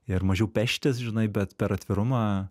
ir mažiau peštis žinai bet per atvirumą